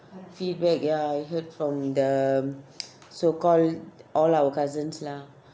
feedback ya I heard from the um so called all our cousins lah